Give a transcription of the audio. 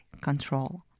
control